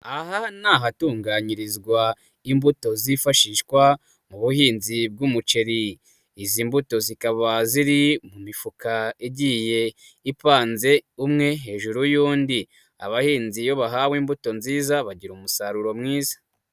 Aha ni ahatunganyirizwa imbuto zifashishwa mu buhinzi bw'umuceri, izi mbuto zikaba ziri mu mifuka igiye ipanze umwe hejuru y'undi, abahinzi iyo bahawe imbuto nziza bagira umusaruro mwiza.